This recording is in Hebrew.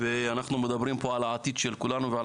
ואנחנו מדברים פה על העתיד של כולנו ועל